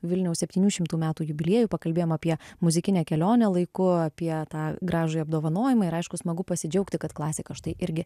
vilniaus septynių šimtų metų jubiliejų pakalbėjom apie muzikinę kelionę laiku apie tą gražųjį apdovanojimą ir aišku smagu pasidžiaugti kad klasika štai irgi